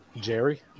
Jerry